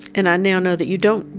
and i now know that you don't,